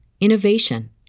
innovation